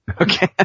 Okay